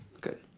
Good